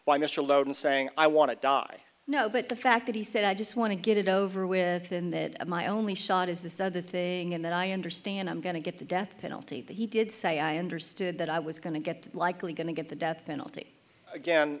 by mr lowden saying i want to die no but the fact that he said i just want to get it over with in that my only shot is this other thing and then i understand i'm going to get the death penalty but he did say i understood that i was going to get the likely going to get the death penalty again